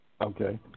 Okay